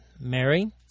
Mary